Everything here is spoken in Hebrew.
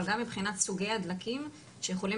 אבל גם מבחינת סוגי הדלקים שיכולים